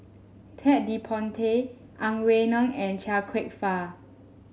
Ted De Ponti Ang Wei Neng and Chia Kwek Fah